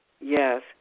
Yes